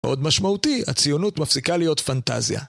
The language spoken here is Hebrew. מאוד משמעותי, הציונות מפסיקה להיות פנטזיה.